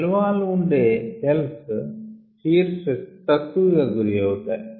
cell wall ఉండే cells shear stress కు తక్కువగా గురి అవుతాయి